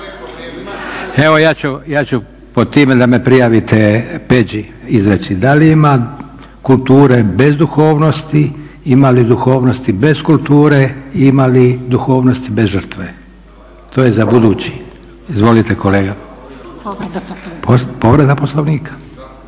Evo ja ću pod time da me prijavite Peđi izreći. Da li ima kulture bez duhovnosti, ima li duhovnosti bez kulture i ima li duhovnosti bez žrtve? To je za budući. Izvolite kolega. Povreda poslovnika.